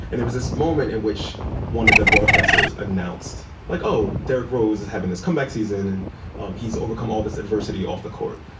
and was this moment in which one of the broadcasters announced like, oh, derrick rose is having this comeback season and um he's overcome all this adversity off the court.